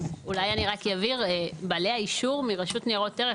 אולי אני רק אבהיר: בלי האישור מרשות ניירות ערך